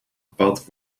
bepaald